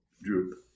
droop